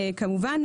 וכמובן,